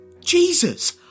Jesus